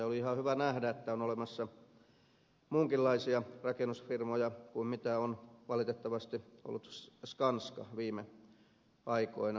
ja oli ihan hyvä nähdä että on olemassa muunkinlaisia rakennusfirmoja kuin millainen skanska on valitettavasti ollut viime aikoina